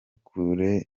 kure